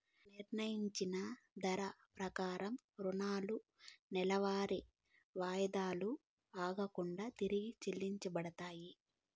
నిర్ణయించిన ధర ప్రకారం రుణాలు నెలవారీ వాయిదాలు ఆగకుండా తిరిగి చెల్లించబడతాయి